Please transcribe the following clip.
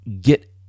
get